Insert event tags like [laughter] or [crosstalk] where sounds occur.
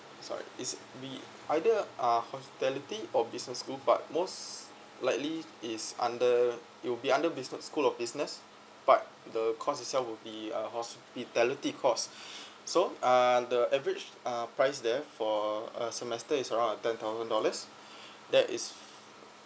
sorry is we either uh hospitality or business school but most likely is under it'll be under business school of business but the cost itself will be uh hospitality cost [breath] so uh the average price there for a semester is around a ten thousand dollars that is